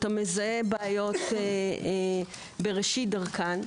אתה מזהה בעיות בראשית דרכן,